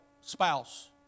spouse